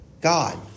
God